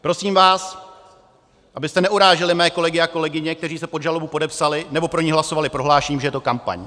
Prosím vás, abyste neuráželi mé kolegy a kolegyně, kteří se pod žalobu podepsali nebo pro ni hlasovali, prohlášením, že je to kampaň.